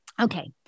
Okay